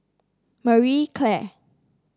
Marie Claire